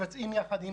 אבל,